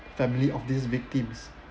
family of these victims